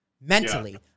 mentally